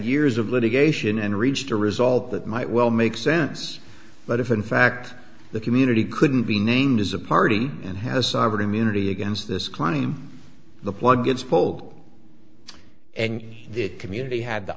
years of litigation and reached a result that might well make sense but if in fact the community couldn't be named as a party and has sovereign immunity against this claim the plug gets pulled and the community had the